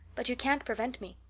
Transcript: but you can't prevent me.